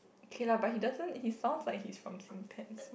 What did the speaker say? K lah but he doesn't~ he sounds like he's from Saint-Pats